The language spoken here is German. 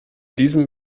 diesem